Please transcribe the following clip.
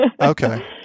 Okay